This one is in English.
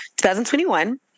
2021